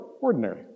ordinary